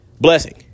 blessing